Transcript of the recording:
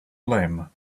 lame